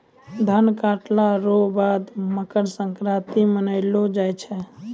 धान काटला रो बाद मकरसंक्रान्ती मानैलो जाय छै